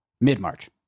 Mid-March